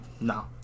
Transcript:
no